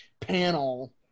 panel